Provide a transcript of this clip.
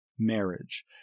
Marriage